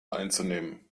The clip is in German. einzunehmen